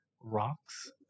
rocks